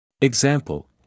Example